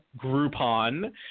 groupon